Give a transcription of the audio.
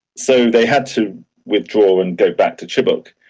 so they had to withdraw and go back to chibok.